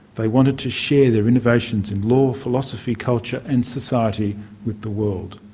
they wanted to share their innovations in law, philosophy, culture and society with the world.